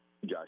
Josh